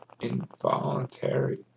involuntary